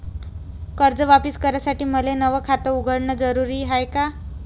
कर्ज वापिस करासाठी मले नव खात उघडन जरुरी हाय का?